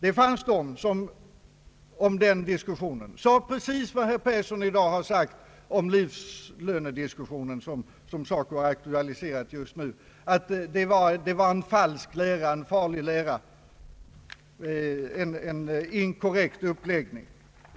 Det fanns de som om den diskussionen sade precis vad herr Persson sagt här i dag om den livslönediskussion, som SACO aktualiserat just nu, nämligen att det var en falsk och farlig lära och en inkorrekt uppläggning.